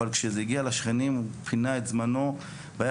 אבל כשזה הגיע לשכנים הוא פינה את זמנו והיה